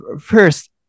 first